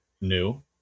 new